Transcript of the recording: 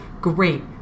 great